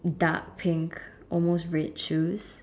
dark pink almost red juice